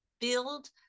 build